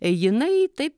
jinai taip